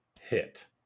hit